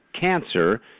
cancer